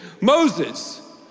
Moses